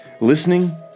Listening